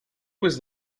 was